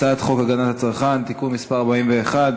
הצעת חוק הגנת הצרכן (תיקון מס' 41),